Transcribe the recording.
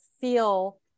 feel